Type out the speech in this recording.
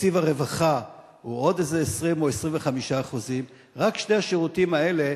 תקציב הרווחה הוא עוד כ-20% או 25%. רק שני השירותים האלה,